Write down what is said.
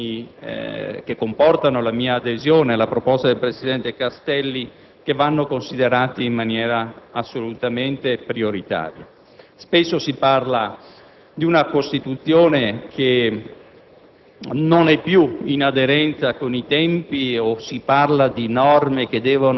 giorno. Alcuni aspetti, all'interno di questo disegno di legge, comportano la mia adesione alla proposta del senatore Castelli e vanno considerati in maniera assolutamente prioritaria. Spesso si dice che la Costituzione non